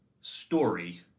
story